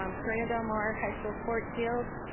um corona del mar high school sports fields.